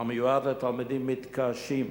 המיועד לתלמידים מתקשים.